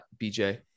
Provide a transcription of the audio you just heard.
BJ